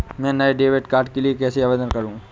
मैं नए debit card के लिए कैसे आवेदन करूं?